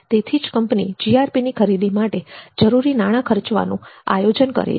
તેથી જ કંપની જીઆરપી ની ખરીદી માટે જરૂરી નાણાં ખર્ચવાનું આયોજન કરે છે